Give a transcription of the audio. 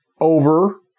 over